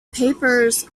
papers